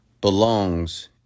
belongs